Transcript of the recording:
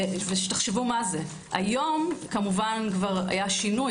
היום היה שינוי,